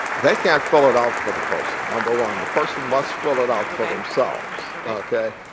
they can't fill it out for the person. number one, and person must fill it out for themselves, okay? okay.